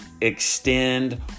extend